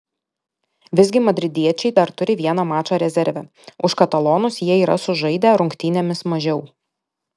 visgi madridiečiai dar turi vieną mačą rezerve už katalonus jie yra sužaidę rungtynėmis mažiau